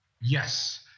Yes